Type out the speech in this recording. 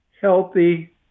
healthy